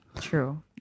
True